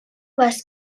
vas